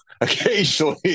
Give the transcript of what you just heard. occasionally